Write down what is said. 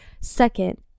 Second